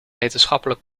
wetenschappelijk